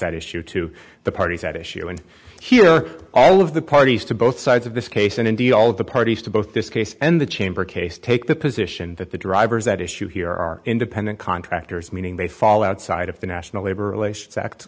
out issue to the parties at issue and here all of the parties to both sides of this case and indeed all the parties to both this case and the chamber case take the position that the drivers at issue here are independent contractors meaning they fall outside of the national labor relations act